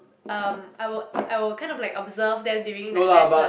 um I was I was kind of like observe them during that lesson